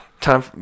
time